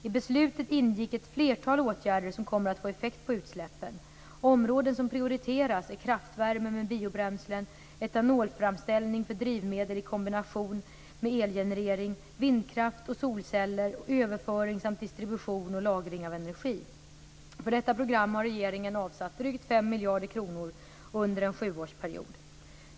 I beslutet ingick ett flertal åtgärder som kommer att få effekt på utsläppen. Områden som prioriteras är kraftvärme med biobränslen, etanolframställning för drivmedel i kombination med elgenerering, vindkraft och solceller, överföring samt distribution och lagring av energi. För detta program har regeringen avsatt drygt 5 miljarder kronor under en sjuårsperiod.